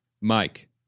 Mike